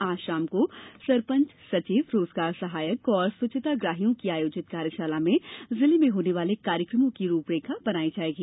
आज शाम को सरपंच सचिव रोजगार सहायक और स्वच्छता ग्राहियों की आयोजित कार्यशाला में जिले में होने वाले कार्यक्रमों की रूपरेखा बनाई जायेगी